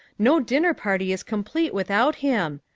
no dinner-party is complete without him.